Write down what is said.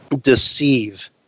deceive